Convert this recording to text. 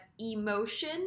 emotion